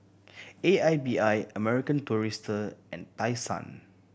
A I B I American Tourister and Tai Sun